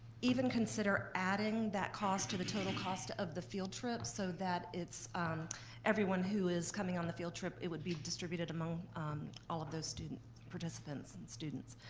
even consider adding that cost to the total cost of the field trip so that um everyone who is coming on the field trip, it would be distributed among all of those student participants and students.